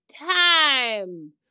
time